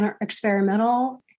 experimental